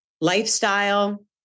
lifestyle